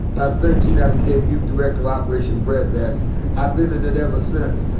i was thirteen, i became youth director of operation breadbasket. i've been in it ever since.